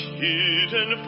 hidden